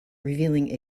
revealing